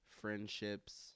friendships